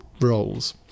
roles